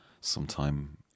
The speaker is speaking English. sometime